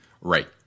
right